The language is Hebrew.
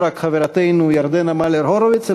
לא רק חברתנו ירדנה מלר-הורוביץ,